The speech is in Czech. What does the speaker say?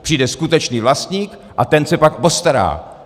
Přijde skutečný vlastník a ten se pak postará.